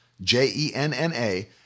J-E-N-N-A